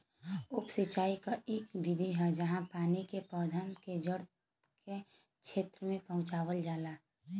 उप सिंचाई क इक विधि है जहाँ पानी के पौधन के जड़ क्षेत्र में पहुंचावल जाला